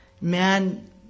man